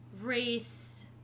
race